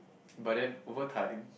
but then over time